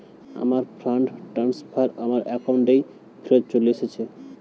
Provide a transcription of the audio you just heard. আমার fund transfer আমার অ্যাকাউন্টেই ফেরত চলে এসেছে